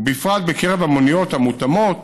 ובפרט בקרב מוניות המותאמות